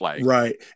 right